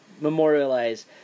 memorialize